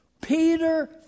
Peter